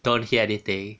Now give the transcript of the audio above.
don't hear anything